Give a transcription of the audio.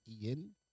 Ian